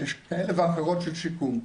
כאלה ואחרות של שיקום,